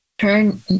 Turn